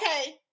okay